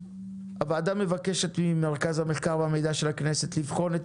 הוועדה מבקשת ממרכז המחקר והמידע של הכנסת לבחון את